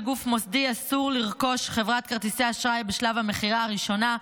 לגוף מוסדי אסור לרכוש חברת כרטיסי אשראי בשלב המכירה הראשונה,